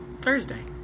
Thursday